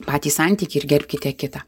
patį santykį ir gerbkite kitą